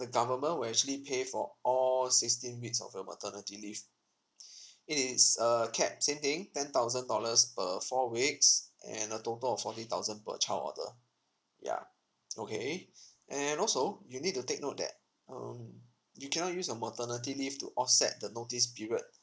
the government will actually pay for all sixteen weeks of your maternity leave it is err capped same thing ten thousand dollars per four weeks and a total of forty thousand per child order ya okay and also you need to take note that um you cannot use your maternity leave to offset the notice period